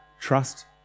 Trust